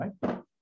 right